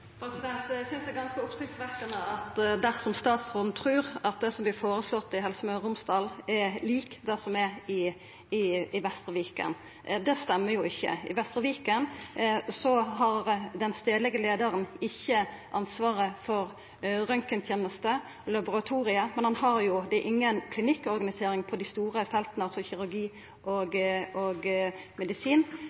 Eg synest det er ganske oppsiktsvekkjande dersom statsråden trur at det som vert føreslått i Helse Møre og Romsdal, er lik det som er i Vestre Viken. Det stemmer jo ikkje. I Vestre Viken har den stadlege leiaren ikkje ansvaret for røntgentenesta og laboratoriet, men det er inga klinikkorganisering på dei store felta – altså kirurgi og medisin.